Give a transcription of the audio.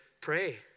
pray